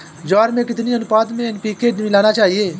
ज्वार में कितनी अनुपात में एन.पी.के मिलाना चाहिए?